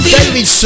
David